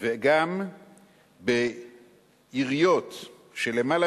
וגם בעיריות שלמעלה